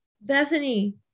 Bethany